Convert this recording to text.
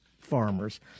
farmers